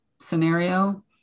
Scenario